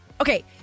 okay